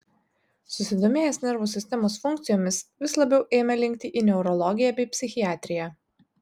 susidomėjęs nervų sistemos funkcijomis vis labiau ėmė linkti į neurologiją bei psichiatriją